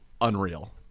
unreal